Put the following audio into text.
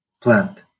plant